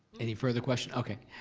any further question? okay.